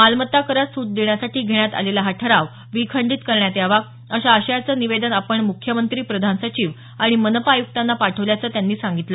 मालमत्ता करात सूट देण्यासाठी घेण्यात आलेला हा ठराव विखंडित करण्यात यावा अशा आशयाचं निवेदन आपण मुख्यमंत्री प्रधान सचिव आणि मनपा आयुक्तांना पाठवल्याचं त्यांनी सांगितलं